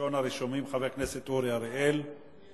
ראשון הרשומים, חבר הכנסת אורי אריאל, אינו